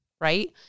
right